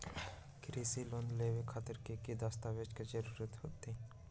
कृषि लोन लेबे खातिर की की दस्तावेज के जरूरत होतई?